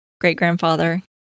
great-grandfather